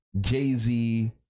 Jay-Z